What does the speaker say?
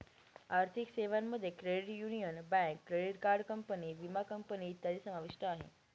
आर्थिक सेवांमध्ये credit union, bank, credit card company, विमा कंपनी इत्यादी समाविष्ट आहे